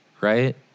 right